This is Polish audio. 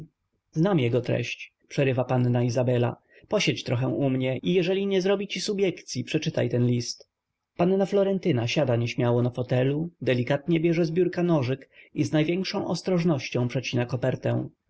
znam jego treść przerywa panna izabela posiedź trochę u mnie i jeżeli nie zrobi ci subiekcyi przeczytaj ten list panna florentyna siada nieśmiało na fotelu delikatnie bierze z biurka nożyk i z największą ostrożnością przecina kopertę